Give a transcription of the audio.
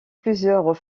plusieurs